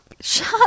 Shut